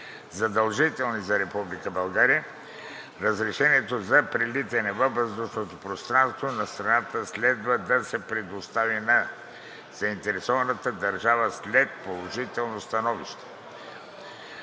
задължителни за Република България разрешението за прелитане във въздушното пространство на страната следва да се предостави на заинтересованата държава след положително становище